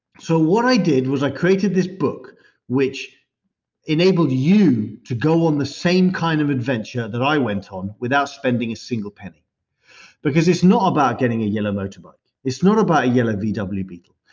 so what i did was i created this book which enabled you to go on the same kind of adventure that i went on without spending a single penny because it's not about getting a yellow motorbike. it's not about a yellow vw beetle.